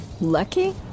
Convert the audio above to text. Lucky